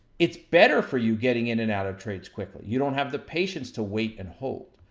it's better for you getting in and out of trades quickly. you don't have the patience to wait and hold.